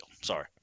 Sorry